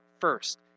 first